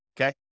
Okay